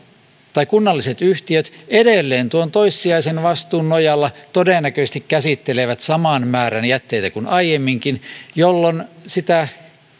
tai kunnalliset yhtiöt edelleen tuon toissijaisen vastuun nojalla todennäköisesti käsittelevät saman määrän jätteitä kuin aiemminkin jolloin sitä